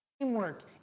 teamwork